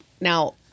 Now